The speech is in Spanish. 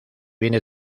viene